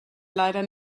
leider